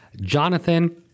Jonathan